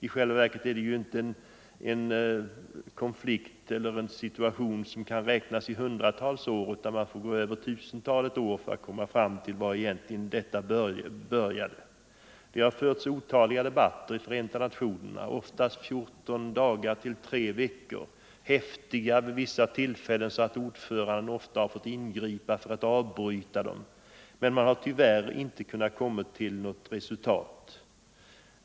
I själva verket är det ju inte en situation som har varat i hundratals år utan man får gå över tusentalet år tillbaka för att komma fram till var konflikten egentligen började. Det har förts otaliga debatter i Förenta nationerna, oftast under två tre veckors tid och så häftiga vid vissa tillfällen att ordföranden fått avbryta dem. Men man har tyvärr inte kunnat komma till något resultat.